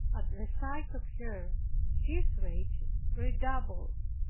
at the sight of her his rage redoubled.